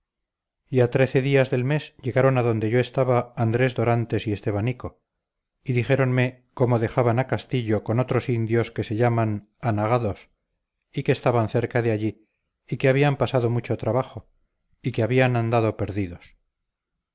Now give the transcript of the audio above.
a trece días del mes llegaron adonde yo estaba andrés dorantes y estebanico y dijéronme cómo dejaban a castillo con otros indios que se llaman anagados y que estaban cerca de allí y que habían pasado mucho trabajo y que habían andado perdidos